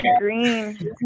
Green